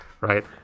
right